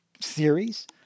series